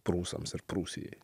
prūsams ir prūsijai